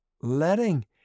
letting